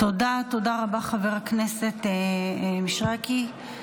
תודה רבה, חבר הכנסת מישרקי.